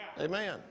Amen